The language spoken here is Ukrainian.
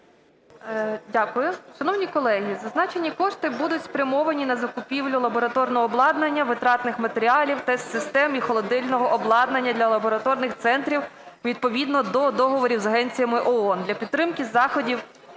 Дякую. Шановні колеги, зазначені кошти будуть спрямовані на закупівлю лабораторного обладнання, витратних матеріалів, тест-систем і холодильного обладнання для лабораторних центрів відповідно до договорів з агенціями ООН для підтримки заходів